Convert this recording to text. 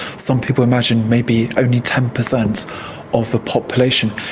some people imagine maybe only ten per cent of the population.